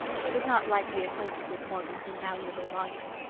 he was not likely acquainted with morgan's invaluable volume.